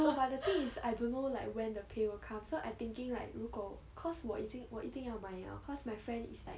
no but the thing is I don't know like when the pay will come so I thinking like 如果 cause 我已经我一定要买了 cause my friend is like